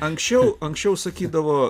anksčiau anksčiau sakydavo